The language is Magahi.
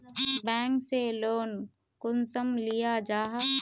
बैंक से लोन कुंसम लिया जाहा?